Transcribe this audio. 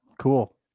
cool